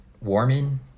warming